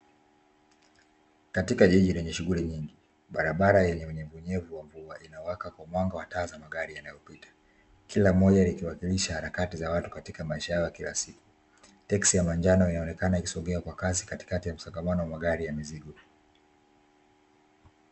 Katika jiji lenye shughuli nyingi, barabara yenye unyevuunyevu wa mvua inawaka kwa mwangaza wa taa za magari yanayopita, kila moja likiwakilisha harakati za watu katika maisha yao ya kila siku. Teksi ya manjano inaonekana ikisogea kwa kasi katikati ya msongamano wa magari ya mizigo.